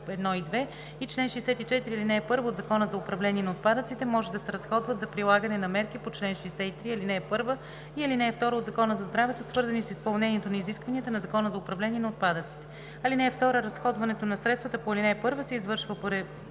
1 и 2 и чл. 64, ал. 1 от Закона за управление на отпадъците може да се разходват за прилагане на мерки по чл. 63, ал. 1 и ал. 2 от Закона за здравето, свързани с изпълнението на изискванията на Закона за управление на отпадъците. (2) Разходването на средствата по ал. 1 се извършва по